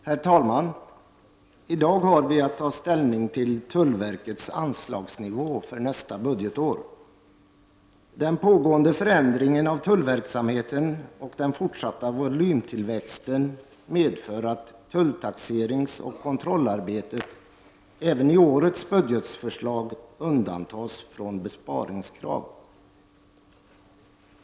Herr talman! I dag har vi att ta ställning till tullverkets anslagsnivå för nästa budgetår. Den pågående förändringen av tullverksamheten och den fortsatta volymtillväxten medför att tulltaxeringsoch kontrollarbetet även i årets budgetförslag undantas från besparingskrav.